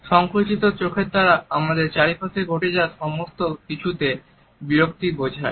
সংকুচিত চোখের তারা আমাদের চারপাশে ঘটে যাওয়া সমস্ত কিছুতে বিরক্তি বোঝায়